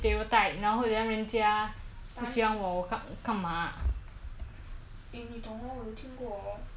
人家会 point middle finger at you [one] 为什么我去人我去你的国家消费还要被你被你骂被你指中指